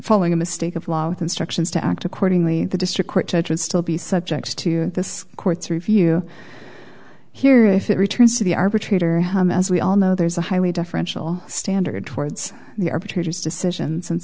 following a mistake of law with instructions to act accordingly the district court judge would still be subject to this court's review here if it returns to the arbitrator as we all know there's a highly deferential standard towards the arbitrators decisions and